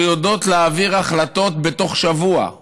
שיודעות להעביר החלטות בתוך שבוע,